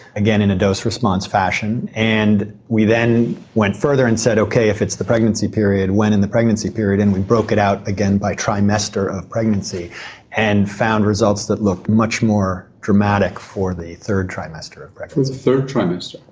again in a dose response fashion and we then went further and said, okay, if it's the pregnancy period, when in the pregnancy period? and we broke it out again by trimester of pregnancy and found results that looked much more dramatic for the third trimester of pregnancy. for the third trimester?